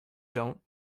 don’t